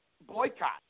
boycott